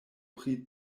pri